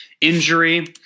injury